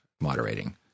moderating